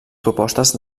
propostes